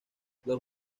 los